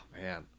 Man